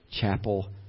chapel